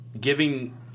giving